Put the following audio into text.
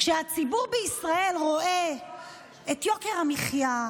הציבור בישראל רואה את יוקר המחיה,